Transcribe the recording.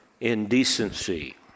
indecency